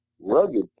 rugged